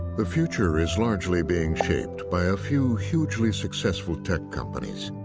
the future is largely being shaped by a few hugely successful tech companies.